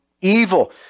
evil